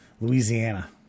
Louisiana